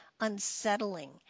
unsettling